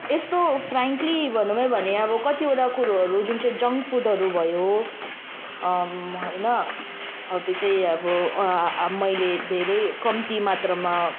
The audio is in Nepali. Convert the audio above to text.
यस्तो फ्र्याङ्कली भनौँ नै भने अब कतिवटा कुरोहरू जुन चाहिँ जङ्क फुडहरू भयो होइन हो त्यो चाहिँ अब मैले धेरै कम्ती मात्रामा